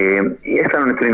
יש לנו נתונים.